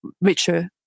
richer